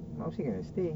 mak mesti kena stay